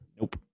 Nope